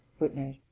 footnote